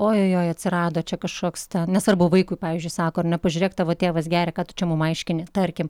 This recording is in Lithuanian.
ojojoj atsirado čia kažkoks ten nesvarbu vaikui pavyzdžiui sako ar ne pažiūrėk tavo tėvas geria ką tu čia mum aiškini tarkim